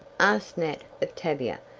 asked nat of tavia,